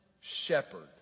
shepherd